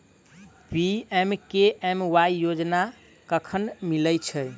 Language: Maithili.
पी.एम.के.एम.वाई योजना कखन मिलय छै?